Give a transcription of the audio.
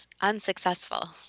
unsuccessful